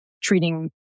treating